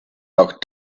auch